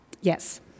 Yes